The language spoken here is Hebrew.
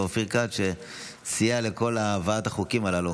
אופיר כץ שסייע לכל הבאת החוקים הללו.